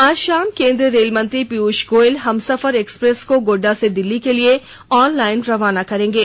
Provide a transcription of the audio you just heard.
आज शाम केंद्रीय रेल मंत्री पीयूष गोयल हमसफर एक्सप्रेस को गोड्डा से दिल्ली के लिए ऑनलाइन रवाना करेंगे